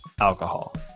alcohol